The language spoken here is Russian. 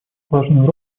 важную